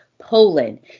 Poland